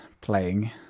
playing